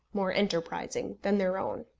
more enterprising, than their own.